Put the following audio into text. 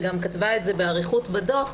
וגם כתבה את זה באריכות בדוח,